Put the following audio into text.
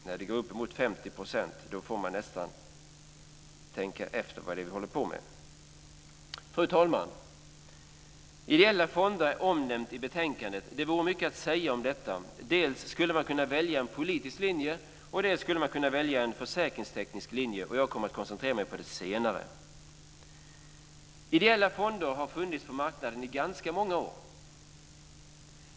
När det går uppemot 50 % får man nästan tänka efter vad det är vi håller på med. Fru talman! Ideella fonder är omnämnt i betänkandet. Det finns mycket att säga om detta. Dels skulle man kunna välja en politisk linje, dels skulle man kunna välja en försäkringsteknisk linje. Jag kommer att koncentrera mig på det senare. Ideella fonder har funnits på marknaden i ganska många år.